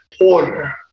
order